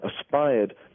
aspired